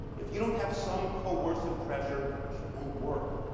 if you don't have some coercive pressure, it won't work.